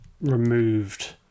removed